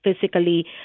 physically